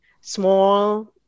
small